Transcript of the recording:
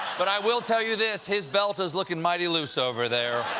but i will tell you this his belt is looking mighty loose over there.